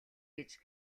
гэж